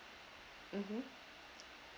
mmhmm